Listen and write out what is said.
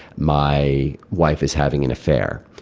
my wife is having an affair.